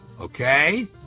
Okay